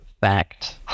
fact